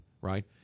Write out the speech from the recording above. right